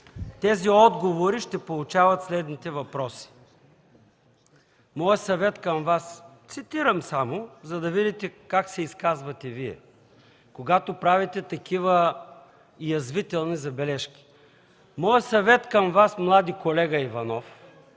„тези отговори ще получават следните въпроси”. Цитирам само за да видите как се изказвате Вие, когато правите такива язвителни забележки. Моят съвет към Вас, млади колега Иванов,